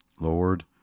Lord